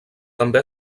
també